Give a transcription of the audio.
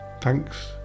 Thanks